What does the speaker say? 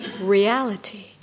reality